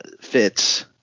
fits